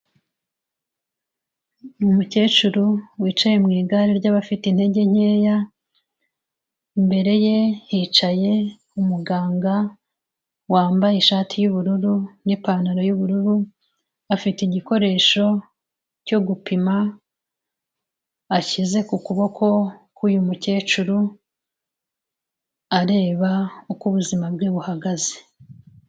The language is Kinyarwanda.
Umukecuru wicaye mu igare ry'abafite intege nkeya, imbere ye yicaye umuganga wambaye ishati y'ubururu n'ipantaro y'ubururu, afite igikoresho cyo gupima ashyize ku kuboko k'uyu mukecuru areba uko ubuzima bwe buhagaze.